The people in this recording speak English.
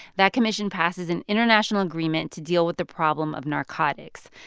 that commission passes an international agreement to deal with the problem of narcotics.